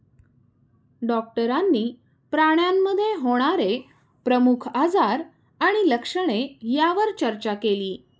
डॉक्टरांनी प्राण्यांमध्ये होणारे प्रमुख आजार आणि लक्षणे यावर चर्चा केली